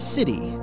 City